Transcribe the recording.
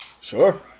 Sure